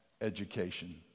education